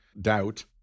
doubt